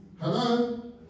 Hello